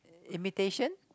imitation